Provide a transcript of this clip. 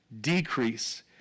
decrease